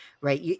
right